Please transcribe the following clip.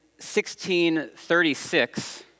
1636